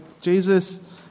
Jesus